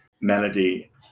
melody